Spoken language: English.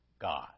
God